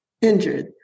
injured